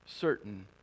certain